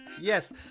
Yes